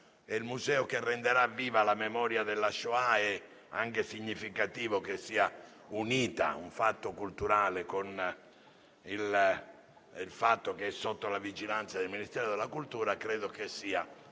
Il Museo che renderà viva la memoria della Shoah è anche significativo che sia unito a un fatto culturale, perché è sotto la vigilanza del Ministero della cultura, e credo che sia un